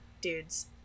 dudes